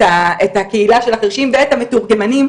את הקהילה של החרשים ואת המתורגמנים.